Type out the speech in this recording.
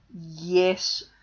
Yes